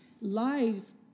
lives